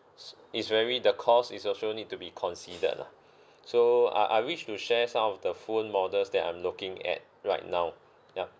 it's very the cost is also need to be considered lah so uh I wish to share some of the phone models that I'm looking at right now yup